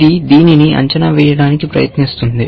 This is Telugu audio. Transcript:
ఇది దీనిని అంచనా వేయడానికి ప్రయత్నిస్తుంది